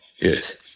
Yes